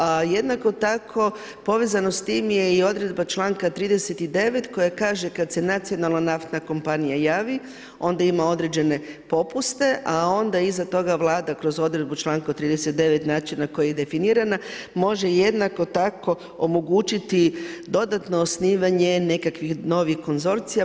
A jednako tako, povezano s tim je i odredba čl. 39. koja kaže kad se nacionalna naftna kompanija javi, onda ima određene popuste, a onda iza toga Vlada kroz odredbu čl. 39. načina na koji je definirana, može jednako tako omogućiti dodatno osnivanje nekakvih novih konzorcija.